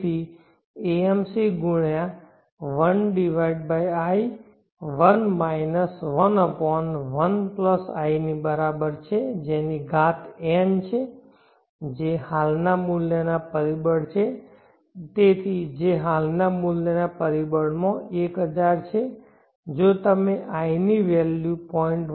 તેથી AMC×1i1 11 i ની બરાબર છે જેની ઘાત n છે જે હાલના મૂલ્યના પરિબળ છે તેથી જે હાલના મૂલ્યના પરિબળમાં 1000 છે જો તમે i ની વેલ્યુ 0